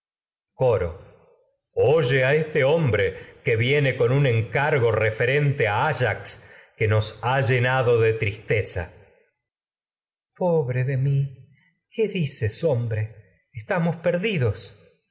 afligen oye a coro este hombre que nos jue viene con un encar go referente a áyax ha llenado de tristeza tecmesa pobre de mi qué dices hombre esta mos perdidos